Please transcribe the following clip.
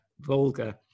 vulgar